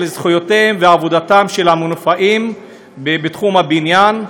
זכויותיהם ועבודתם של המנופאים בתחום הבניין.